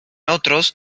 otros